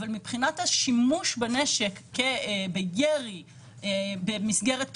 אבל מבחינת השימוש בנשק בירי במסגרת פציעה,